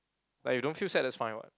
like you don't feel sad that's fine [what]